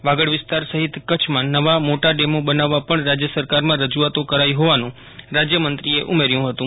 વાગડ વિસ્તાર સહિત કચ્છમાં નવા મોટા ડેમો બનાવવા પણ રાજ્ય સરકારમાં રજૂઆતો કરાઇ હોવાનું રાજ્યમંત્રીશ્રી વાસણભાઇએ ઉમેર્યું હતું